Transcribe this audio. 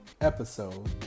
episode